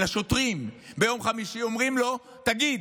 לשוטרים, ביום חמישי, ואומרים לשוטר: תגיד,